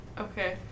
Okay